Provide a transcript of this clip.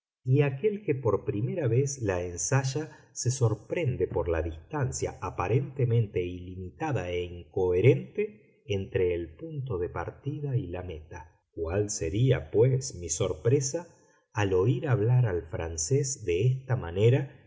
y aquél que por primera vez la ensaya se sorprende por la distancia aparentemente ilimitada e incoherente entre el punto de partida y la meta cuál sería pues mi sorpresa al oír hablar al francés de esta manera